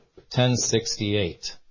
1068